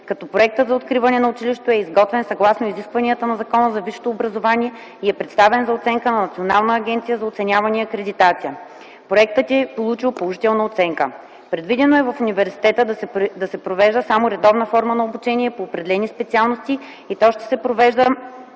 като проектът за откриване на училището е изготвен съгласно изискванията на Закона за висшето образование и е представен за оценка на Национална агенция за оценяване и акредитация. Проектът е получил положителна оценка. Предвидено е в университета да се провежда само редовна форма на обучение по определени специалности и то ще се провежда